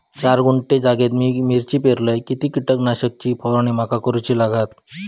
चार गुंठे जागेत मी मिरची पेरलय किती कीटक नाशक ची फवारणी माका करूची लागात?